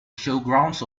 showgrounds